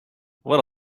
what